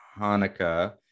Hanukkah